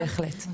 בהחלט.